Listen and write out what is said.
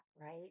right